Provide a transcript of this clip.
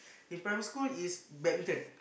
your primary school is better